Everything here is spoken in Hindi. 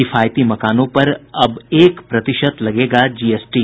किफायती मकानों पर अब एक प्रतिशत लगेगा जीएसटी